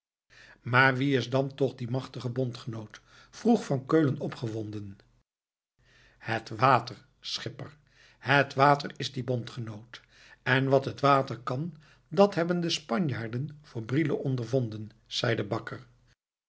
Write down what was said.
maar wie is dan toch die machtige bondgenoot vroeg van keulen opgewonden het water schipper het water is die bondgenoot en wat het water kan dat hebben de spanjaarden voor brielle ondervonden zeide bakker